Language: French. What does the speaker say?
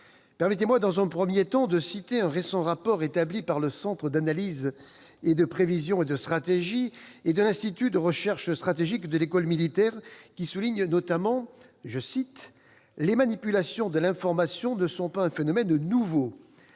Permettez-moi, dans un premier temps, de citer un récent rapport établi par le Centre d'analyse, de prévision et de stratégie et l'Institut de recherche stratégique de l'École militaire, qui souligne notamment :« Les manipulations de l'information ne sont pas un phénomène nouveau.